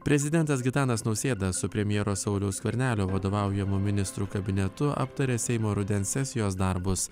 prezidentas gitanas nausėda su premjero sauliaus skvernelio vadovaujamu ministrų kabinetu aptarė seimo rudens sesijos darbus